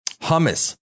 hummus